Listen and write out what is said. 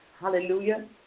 Hallelujah